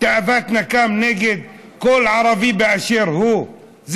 תאוות נקם נגד כל ערבי באשר הוא?